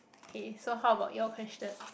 K so how about your question